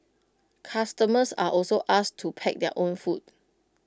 customers are also asked to pack their own food